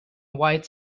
white